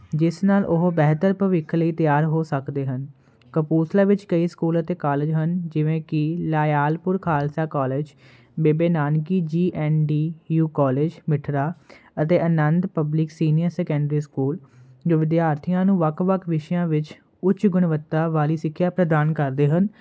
ਜਿਸ ਨਾਲ ਉਹ ਬੈਹਤਰ ਭਵਿੱਖ ਲਈ ਤਿਆਰ ਹੋ ਸਕਦੇ ਹਨ ਕਪੂਰਥਲਾ ਵਿੱਚ ਕਈ ਸਕੂਲ ਅਤੇ ਕਾਲਜ ਹਨ ਜਿਵੇਂ ਕੀ Lyallpur Khalsa college Bebe Nanaki G N D U college Mithra ਅਤੇ Anand public senior secondary school ਜੋ ਵਿਦਿਆਰਥੀਆਂ ਨੂੰ ਵੱਖ ਵੱਖ ਵਿਸ਼ਿਆਂ ਵਿੱਚ ਉੱਚ ਗੁਣਵੱਤਾ ਵਾਲੀ ਸਿੱਖਿਆ ਪ੍ਰਦਾਨ ਕਰਦੇ ਹਨ